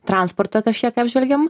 transportą kažkiek apžvelgėm